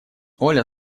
оля